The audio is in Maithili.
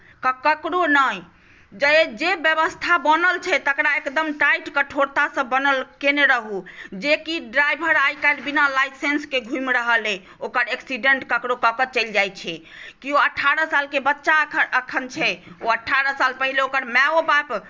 ककरो नहि जे व्यवस्था बनल छै तकरा एकदम टाइट कठोरता सँ केने रहू जेकि ड्राइवर आई काल्हि बिना लाइसेन्स केँ घुमि रहल अहि ओकर एक्सीडेन्ट कऽ कऽ ककरो चलि जाइ छै केओ अठारह सालकेँ बच्चा अखन छै ओ अठारह साल पहिले ओकर मायो बाप